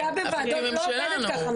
חקיקה בוועדות לא עובדת ככה,